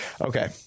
Okay